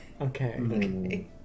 Okay